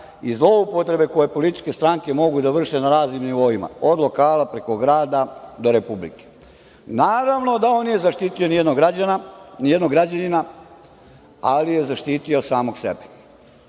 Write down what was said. i zloupotrebe koje političke stranke mogu da vrše na raznim nivoima, od lokala, preko grada, do Republike. Naravno da on nije zaštitio nijednog građanina, ali je zaštitio samog sebe.